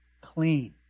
clean